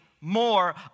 more